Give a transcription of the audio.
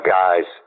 guys